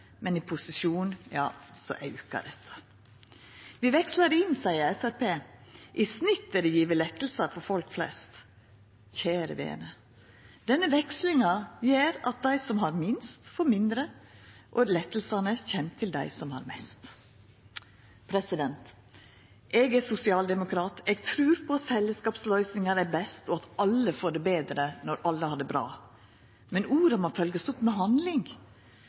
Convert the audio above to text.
men i posisjon aukar dette. Vi vekslar det inn, seier Framstegspartiet, i snitt er det gjeve lettar for folk flest. Kjære vene! Denne vekslinga gjer at dei som har minst, får mindre, og lettane kjem til dei som har mest. Eg er sosialdemokrat, eg trur at fellesskapsløysingar er best, og at alle får det betre når alle har det bra. Men orda må følgjast opp med handling.